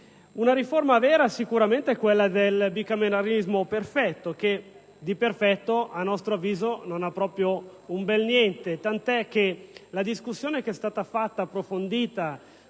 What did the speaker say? Una riforma vera sicuramente è quella del bicameralismo perfetto, che di perfetto a nostro avviso non ha un bel niente, tant'è che la discussione approfondita